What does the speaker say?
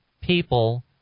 people